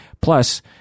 Plus